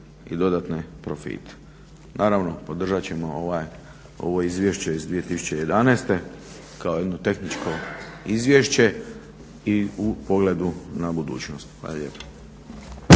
i dodatne profite. Naravno, podržat ćemo ovo izvješće iz 2011. kao jedno tehničko izvješće i u pogledu na budućnost. Hvala lijepa.